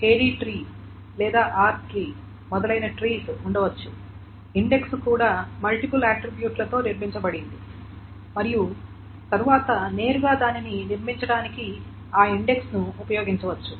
K D tree లేదా R tree మొదలైన trees ఉండవచ్చు ఇండెక్స్ కూడా మల్టీపుల్ ఆట్రిబ్యూట్లతో నిర్మించబడింది మరియు తరువాత నేరుగా దానిని నిర్మించడానికి ఆ ఇండెక్స్ ను ఉపయోగించవచ్చు